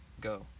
Go